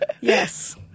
Yes